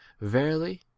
verily